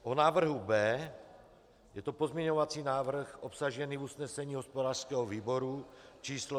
O návrhu B, je to pozměňovací návrh obsažený v usnesení hospodářského výboru č. 174.